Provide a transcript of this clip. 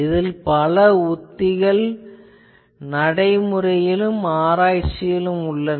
இதற்கு பல உத்திகள் நடைமுறையிலும் ஆராய்ச்சியிலும் உள்ளன